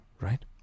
right